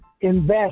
Invest